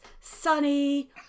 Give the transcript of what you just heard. sunny